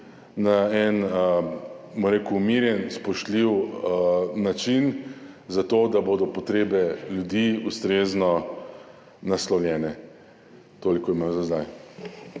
na en, bom rekel, umirjen, spoštljiv način, zato da bodo potrebe ljudi ustrezno naslovljene. Toliko imam za zdaj.